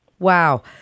Wow